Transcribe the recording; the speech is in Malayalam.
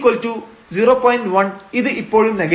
1 ഇത് ഇപ്പോഴും നെഗറ്റീവാണ്